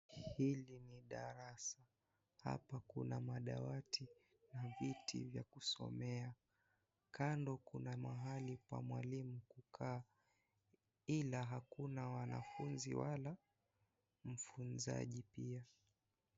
Hili ni darasa hapa kuna madawati na viti vya kusomea kando kuna mahali pa mwalimu kukaa ila hakuna wanafunzi wala mfunzaji pia.